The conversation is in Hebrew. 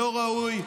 לא ראוי,